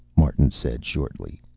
martin said shortly.